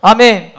Amen